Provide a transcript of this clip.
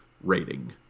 rating